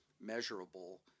measurable